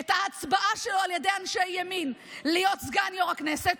את ההצבעה לו על ידי אנשי ימין להיות סגן יו"ר הכנסת.